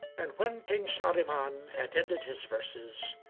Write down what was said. and when king shahriman had ended his verses,